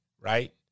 right